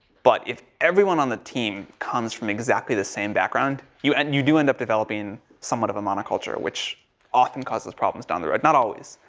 but if everyone on the team comes from exactly the same background you end, you do end up developing somewhat of a mono-culture which often causes problems down the road. not always.